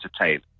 entertain